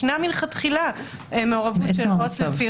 יש מלכתחילה מעורבות של עובד סוציאלי לפי